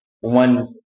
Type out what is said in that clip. one